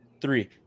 three